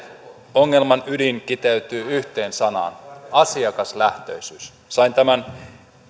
ongelman ydin kiteytyy yhteen sanaan asiakaslähtöisyys sain tämän